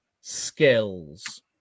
skills